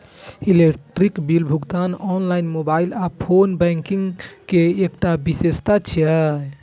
electronic bill भुगतान online, mobile आ phone banking के एकटा विशेषता छियै